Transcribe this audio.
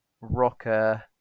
rocker